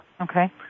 Okay